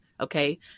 Okay